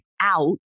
out